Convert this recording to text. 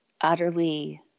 utterly